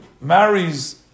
marries